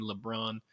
LeBron